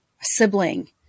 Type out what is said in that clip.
sibling